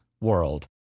world